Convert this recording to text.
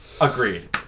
Agreed